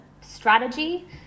strategy